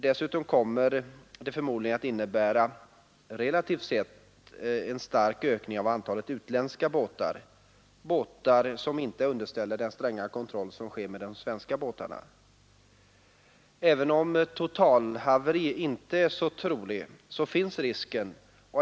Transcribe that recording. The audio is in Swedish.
Dessutom kommer den förmodligen att innebära — relativt sett — en stark ökning av antalet utländska båtar, som inte är underställda den stränga kontroll som sker med de svenska båtarna. Även om totalhaveri inte är så troligt så finns risken.